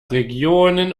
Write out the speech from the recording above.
regionen